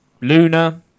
Luna